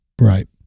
Right